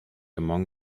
among